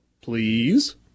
please